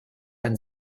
ein